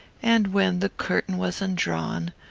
and, when the curtain was undrawn,